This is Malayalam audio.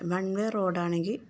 one way റോഡാണെങ്കില്